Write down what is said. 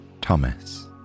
Thomas